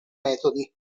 metodi